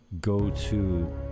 go-to